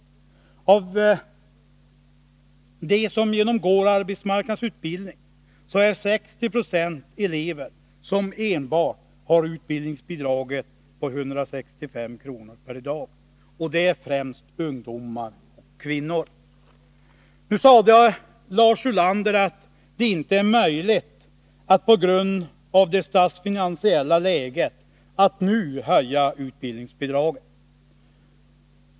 Av dem som genomgår arbetsmarknadsutbildning är 60 96 elever som enbart har utbildningsbidraget på 165 kr. per dag, och det är främst ungdomar och kvinnor. Lars Ulander sade att det, på grund av det statsfinansiella läget, inte är möjligt att nu höja utbildningsbidraget.